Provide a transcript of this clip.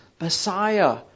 Messiah